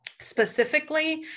Specifically